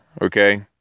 Okay